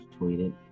tweeted